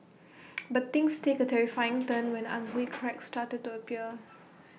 but things take A terrifying turn when ugly cracks started to appear